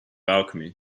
alchemy